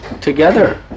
together